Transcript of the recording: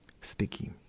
sticky